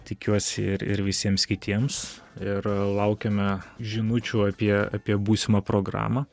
tikiuosi ir visiems kitiems ir laukiame žinučių apie apie būsimą programą